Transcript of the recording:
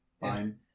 Fine